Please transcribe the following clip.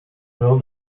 will